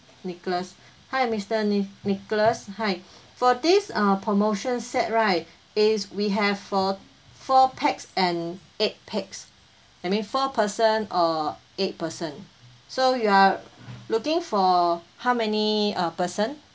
nicholas hi mister ni~ nicholas hi for this uh promotion set right is we have for four pax and eight pax that means four person or eight person so you are looking for how many uh person